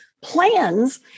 plans